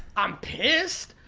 i'm pissed.